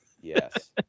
Yes